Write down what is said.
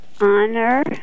Honor